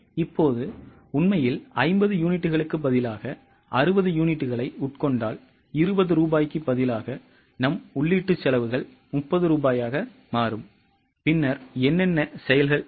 இப்போது உண்மையில் 50 யூனிட்டுகளுக்கு பதிலாக 60 யூனிட்டுகளை உட்கொண்டால் 20 ரூபாய்க்கு பதிலாக நம் உள்ளீட்டு செலவுகள் 30 ரூபாயாக மாறும் பின்னர் என்னென்ன செயல்கள் இருக்கும்